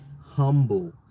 humble